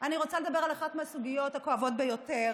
אני רוצה לדבר על אחת הסוגיות הכואבות ביותר